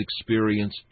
experience